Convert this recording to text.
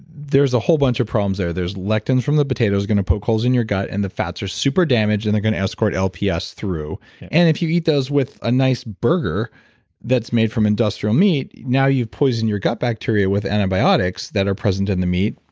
there's a whole bunch of problems there, there's lectins from the potato is going to poke holes in your gut and the fats are super damaged and they're going to escort lps through and if you eat those with a nice burger that's made from industrial meat, now you've poisoned your gut bacteria with antibiotics that are present in the meat.